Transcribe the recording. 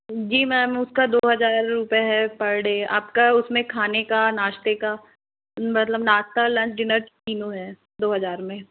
जी ma'am उसका दो हजार रुपये है पर डे आपका उसमें खाने का नाश्ते का मतलब नाश्ता लंच डिन्नर तीनों है दो हज़ार में